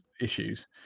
issues